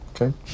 Okay